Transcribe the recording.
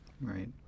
right